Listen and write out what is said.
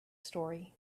story